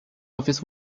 office